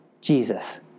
Jesus